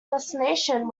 destination